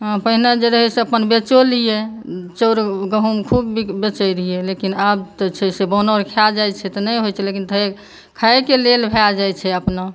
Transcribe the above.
हन पहिने जे रहै से अपन बेचो लियै चाउर गहूॅंम खुब बेचै रहियै लेकिन आब तऽ छै से वानर खा जाइ छै तऽ नहि होइ छै लेकिन खायके लेल भऽ जाइ छै अपना ला